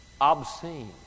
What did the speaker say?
obscene